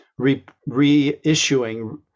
reissuing